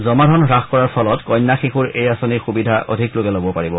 জমা ধন হ্যাস কৰাৰ ফলত কন্যা শিশু এই আঁচনিৰ সূবিধা অধিক লোকে লব পাৰিব